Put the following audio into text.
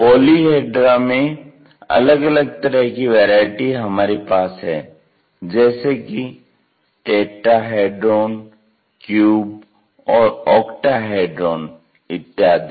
polyhedra में अलग अलग तरह की वैरायटी हमारे पास हैं जैसे कि टेट्राहेड्रॉन क्युब और ऑक्टाहेड्रॉन इत्यादि